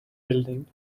building